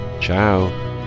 Ciao